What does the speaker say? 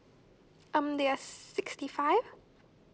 um they have sixty five